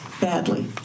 badly